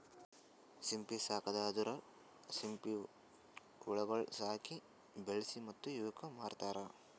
ಸಿಂಪಿ ಸಾಕದ್ ಅಂದುರ್ ಸಿಂಪಿ ಹುಳಗೊಳ್ ಸಾಕಿ, ಬೆಳಿಸಿ ಮತ್ತ ಇವುಕ್ ಮಾರ್ತಾರ್